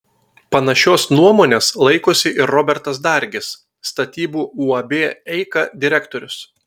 panašios nuomonės laikosi ir robertas dargis statybų uab eika direktorius